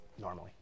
normally